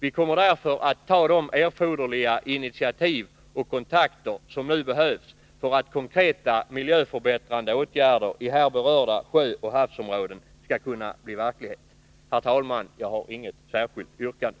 Vi kommer därför att ta de erforderliga initiativ och kontakter som nu behövs för att konkreta miljöförbättrande åtgärder i här berörda sjöoch havsområden skall kunna bli verklighet. Herr talman! Jag har inget särskilt yrkande.